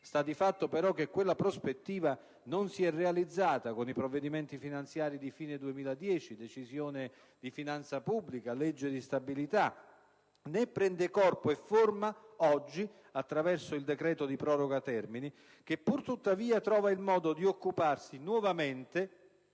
Sta di fatto, però, che quella prospettiva non si è realizzata con i provvedimenti finanziari di fine 2010 (Decisione di finanza pubblica e legge di stabilità), né prende corpo e forma oggi attraverso il decreto di proroga termini che, pur tuttavia, trova il modo di occuparsi nuovamente